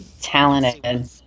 talented